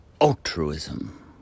altruism